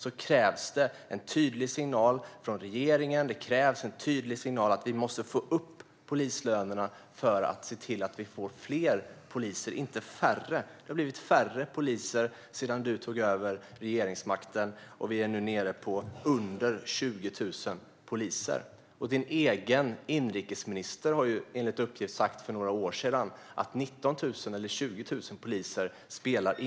Då krävs det en tydlig signal från regeringen om att polislönerna måste höjas för att man ska se till att det blir fler poliser, inte färre. Det har blivit färre poliser sedan du tog över regeringsmakten, och nu är antalet nere på under 20 000 poliser. Enligt uppgift sa din egen inrikesminister för några år sedan att det inte spelar någon roll om det är 19 000 eller 20 000 poliser.